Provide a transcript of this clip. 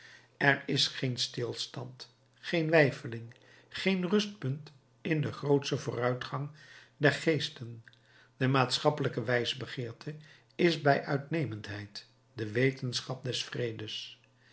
er is geen stilstand geen weifeling geen rustpunt in den grootschen vooruitgang der geesten de maatschappelijke wijsbegeerte is bij uitnemendheid de wetenschap des vredes